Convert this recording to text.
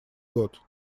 год